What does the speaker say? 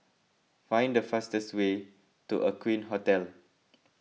find the fastest way to Aqueen Hotel